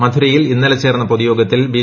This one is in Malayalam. മധുരയിൽ ഇന്നലെ ചേർന്ന പൊതുയോഗത്തിൽ ബി